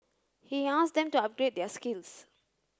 he asked them to upgrade their skills